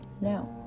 Now